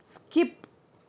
skip